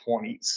20s